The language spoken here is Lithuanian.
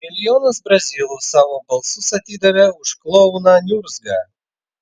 milijonas brazilų savo balsus atidavė už klouną niurzgą